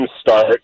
start